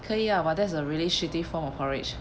可以呀 but that's a really shitty form of porridge